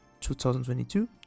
2022